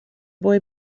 boy